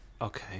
Okay